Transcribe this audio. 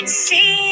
see